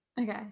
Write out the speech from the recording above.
Okay